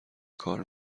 کار